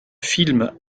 film